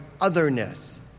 otherness